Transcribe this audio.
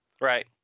Right